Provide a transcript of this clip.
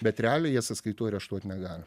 bet realiai jie sąskaitų areštuot negali